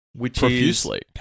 profusely